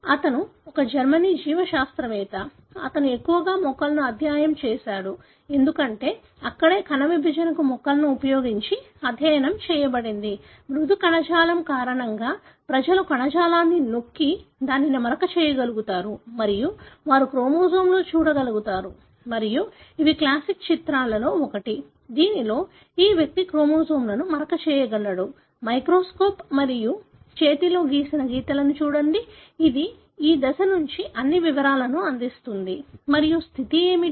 అతను ఒక జర్మన్ జీవశాస్త్రవేత్త అతను ఎక్కువగా మొక్కలను అధ్యయనం చేసాడు ఎందుకంటే అక్కడే కణ విభజన మొక్కలను ఉపయోగించి అధ్యయనం చేయబడింది మృదు కణజాలం కారణంగా ప్రజలు కణజాలాన్ని నొక్కి దానిని మరక చేయగలుగు తారు మరియు వారు క్రోమోజోమ్లో చూడగలుగుతారు మరియు ఇవి క్లాసిక్ చిత్రాలలో ఒకటి దీనిలో ఈ వ్యక్తి క్రోమోజోమ్లను మరక చేయగలడు మైక్రోస్కోప్ మరియు చేతితో గీసిన చిత్రాలను చూడండి ఇది ఈ దశ గురించి అన్ని వివరాలను అందిస్తుంది మరియు స్థితి ఏమిటి